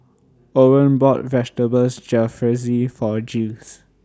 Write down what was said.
Orren bought Vegetables Jalfrezi For Jiles